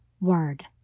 word